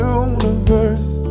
universe